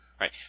Right